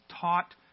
taught